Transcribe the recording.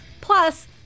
Plus